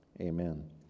amen